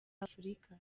afurika